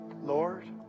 Lord